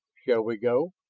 shall we go?